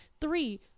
three